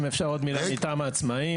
אם אפשר עוד מילה מטעם העצמאים,